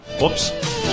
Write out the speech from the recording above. Whoops